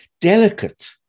delicate